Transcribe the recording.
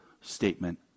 statement